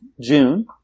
June